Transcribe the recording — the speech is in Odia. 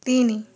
ତିନି